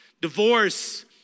divorce